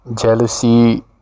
jealousy